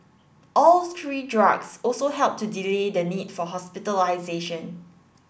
all three drugs also helped to delay the need for hospitalisation